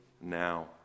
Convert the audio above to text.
now